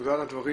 תודה על הדברים,